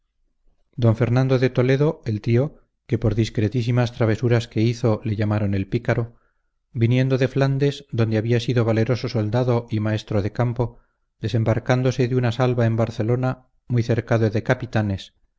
don fernando de toledo el tío que por discretísimas travesuras que hizo le llamaron el pícaro viniendo de flandes donde había sido valeroso soldado y maestro de campo desembarcándose de una salva en barcelona muy cercado de capitanes